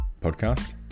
Podcast